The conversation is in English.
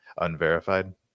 Unverified